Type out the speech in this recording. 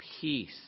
peace